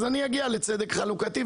אז אני אגיע לצדק חלוקתי,